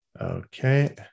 Okay